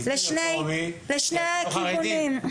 לשני הכיוונים.